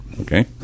Okay